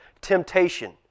temptation